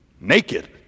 Naked